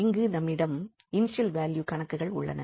இங்கு நம்மிடம் initial value கணக்குகள் உள்ளன